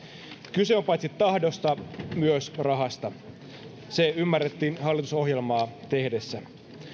kyse on paitsi tahdosta myös rahasta se ymmärrettiin hallitusohjelmaa tehtäessä